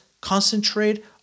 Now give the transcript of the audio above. concentrate